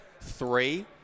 three